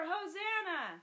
Hosanna